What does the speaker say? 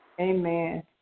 Amen